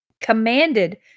commanded